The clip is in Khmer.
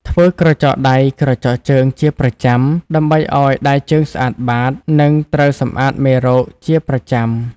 ធ្វើក្រចកដៃក្រចកជើង ជាប្រចាំ ដើម្បីឱ្យដៃជើងស្អាតបាត និងត្រូវសម្អាតមេរោគជាប្រចាំ ។